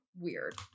weird